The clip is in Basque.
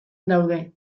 daude